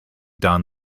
done